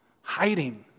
hiding